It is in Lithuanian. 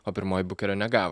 o pirmoji bukerio negavo